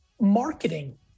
marketing